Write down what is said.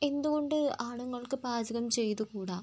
എന്തുകൊണ്ട് ആണുങ്ങൾക്ക് പാചകം ചെയ്തുകൂടാ